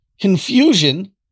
confusion